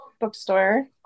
bookstore